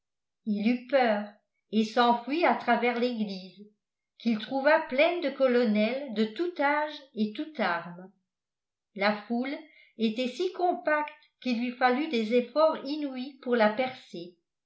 il eut peur et s'enfuit à travers l'église qu'il trouva pleine de colonels de tout âge et toute arme la foule était si compacte qu'il lui fallut des efforts inouïs pour la percer